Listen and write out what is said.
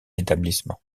établissements